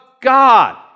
God